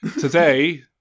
today